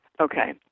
Okay